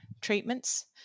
treatments